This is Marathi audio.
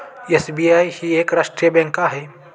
एस.बी.आय ही एक राष्ट्रीय बँक आहे